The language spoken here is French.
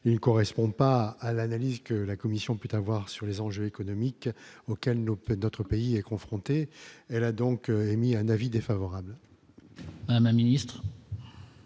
il correspond pas à l'analyse que la Commission peut avoir sur les enjeux économiques auxquels nos peut-être notre pays est confronté, elle a donc émis un avis défavorable. à la ministre.